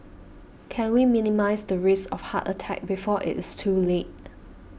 can we minimise the risk of heart attack before it is too late